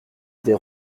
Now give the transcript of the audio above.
des